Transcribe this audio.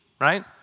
right